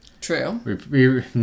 True